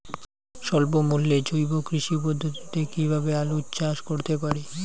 স্বল্প মূল্যে জৈব কৃষি পদ্ধতিতে কীভাবে আলুর চাষ করতে পারি?